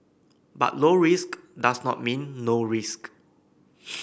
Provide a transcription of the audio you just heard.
but low risk does not mean no risk